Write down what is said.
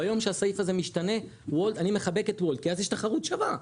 ביום שהסעיף הזה משתנה אני מחבק את וולט כי אז יש תחרות שווה.